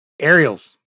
Aerials